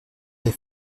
les